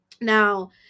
now